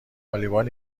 والیبال